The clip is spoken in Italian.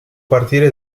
partire